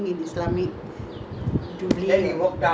then we go and watch the and watch the movie